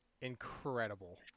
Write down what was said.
Incredible